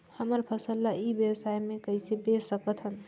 हमर फसल ल ई व्यवसाय मे कइसे बेच सकत हन?